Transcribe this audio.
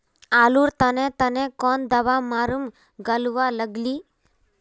आलूर तने तने कौन दावा मारूम गालुवा लगली?